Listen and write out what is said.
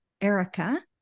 Erica